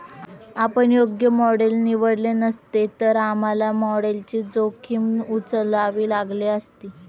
आपण योग्य मॉडेल निवडले नसते, तर आम्हाला मॉडेलची जोखीम उचलावी लागली असती